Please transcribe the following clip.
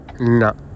No